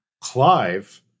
Clive